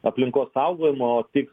aplinkos saugojimo tikslą